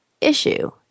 issue